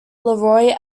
leroy